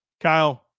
Kyle